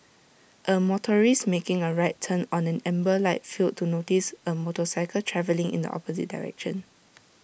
A motorist making A right turn on an amber light failed to notice A motorcycle travelling in the opposite direction